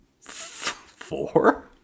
Four